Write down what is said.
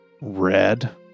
red